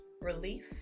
relief